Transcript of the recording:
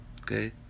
okay